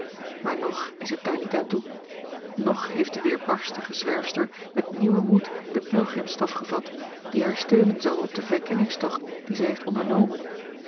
maar nog is het daar niet aan toe nog heeft de weerbarstige zwerfster met nieuwen moed den pelgrimsstaf gevat die haar steunen zal op den verkenningstocht dien zij heeft ondernomen